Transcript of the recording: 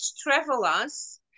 travelers